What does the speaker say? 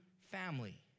family